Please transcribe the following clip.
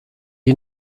you